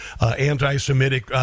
anti-Semitic